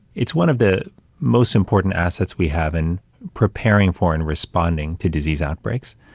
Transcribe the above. it's one of the most important assets we have in preparing for and responding to disease outbreaks.